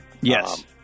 Yes